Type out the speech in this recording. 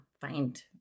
find